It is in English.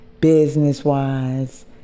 business-wise